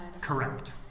Correct